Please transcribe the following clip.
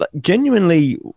genuinely